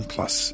Plus